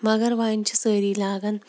مگر وۄنۍ چھِ سٲری لاگان